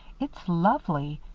it's lovely.